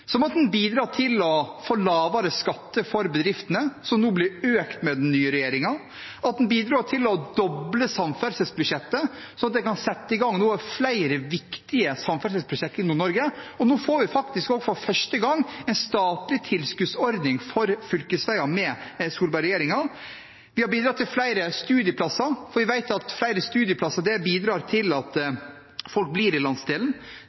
til å få lavere skatt for bedriftene, men som nå blir økt med den nye regjeringen, og at en bidro til å doble samferdselsbudsjettet, sånn at de kan sette i gang flere viktige samferdselsprosjekter i Nord-Norge. Nå får vi faktisk for første gang også en statlig tilskuddsordning for fylkesveier med Solberg-regjeringen. Vi har bidratt til flere studieplasser, for vi vet at flere studieplasser bidrar til at folk blir i landsdelen.